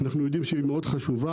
אנחנו יודעים שהיא מאוד חשובה,